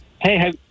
Hey